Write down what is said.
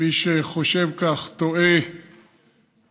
מי שחושב כך, טועה ומטעה.